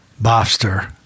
Bobster